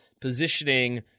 positioning